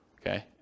Okay